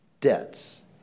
Debts